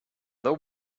their